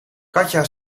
katja